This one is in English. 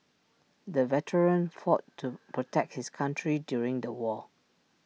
the veteran fought to protect his country during the war